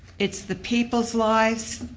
it's the people's lives.